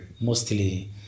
Mostly